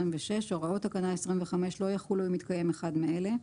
הוראות תקנה 25 לא יחולו אם מתקיים אחד מאלה: